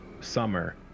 summer